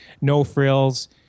no-frills